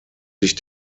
sich